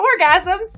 orgasms